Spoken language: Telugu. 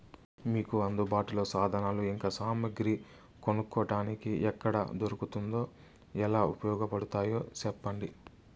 మీకు అందుబాటులో సాధనాలు ఇంకా సామగ్రి కొనుక్కోటానికి ఎక్కడ దొరుకుతుందో ఎలా ఉపయోగపడుతాయో సెప్పండి?